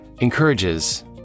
encourages